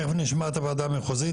תיכף נשמע את הוועדה המחוזית,